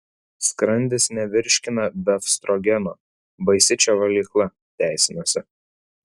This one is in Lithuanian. skrandis nevirškina befstrogeno baisi čia valgykla teisinasi